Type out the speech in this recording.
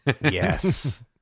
Yes